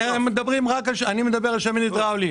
אני מדבר על שמן הידראולי